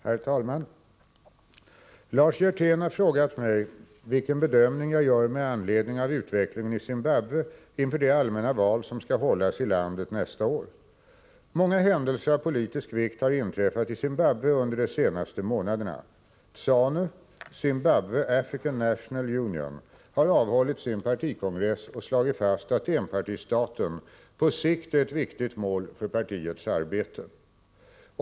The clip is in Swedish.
Herr talman! Lars Hjertén har frågat mig vilken bedömning jag gör med anledning av utvecklingen i Zimbabwe inför de allmänna val som skall hållas i landet nästa år. Många händelser av politisk vikt har inträffat i Zimbabwe under de senaste månaderna. ZANU har avhållit sin partikongress och slagit fast att enpartistaten på sikt är ett viktigt mål för partiets arbete.